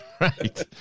Right